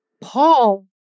Paul